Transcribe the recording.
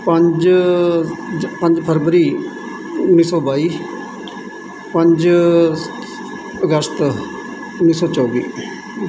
ਪੰਜ ਪੰਜ ਫਰਵਰੀ ਉੱਨੀ ਸੌ ਬਾਈ ਪੰਜ ਅਗਸਤ ਉੱਨੀ ਸੌ ਚੌਵੀ